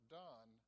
done